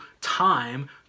time